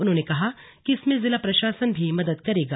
उन्होंने कहा कि इसमें जिला प्रशासन भी मदद करेगा